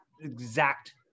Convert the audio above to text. exact